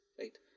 Right